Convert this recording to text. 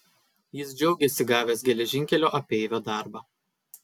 jis džiaugėsi gavęs geležinkelio apeivio darbą